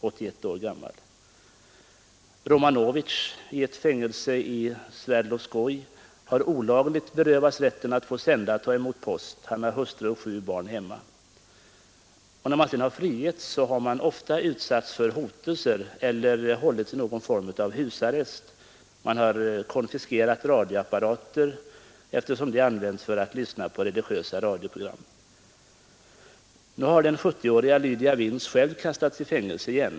En man vid namn Romanovitj, som sitter i fängelse i Sverdlovskoi, har olagligt berövats rätten att sända och ta emot post. Han har hustru och sju barn hemma. De som frigivits utsätts ofta för hotelser eller hålls i någon form av husarrest. Radioapparater konfiskeras, eftersom man använder dem för att lyssna på religiösa radioprogram. Nu har den snart 70-åriga Lydia Vins själv kastats i fängelse igen.